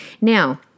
Now